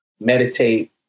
meditate